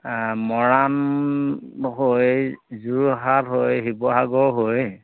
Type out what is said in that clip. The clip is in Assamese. মৰাণ হৈ যোৰহাট হৈ শিৱসাগৰ হৈ